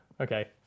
okay